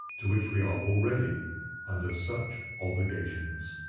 to which we are already under such obligations.